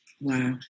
Wow